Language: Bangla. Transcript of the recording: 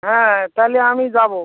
হ্যাঁ তাহলে আমি যাব